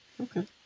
okay